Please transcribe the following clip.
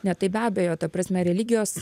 ne tai be abejo ta prasme religijos